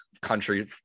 country